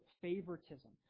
favoritism